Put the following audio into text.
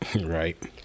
Right